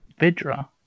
Vidra